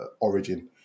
origin